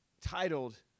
titled